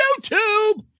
YouTube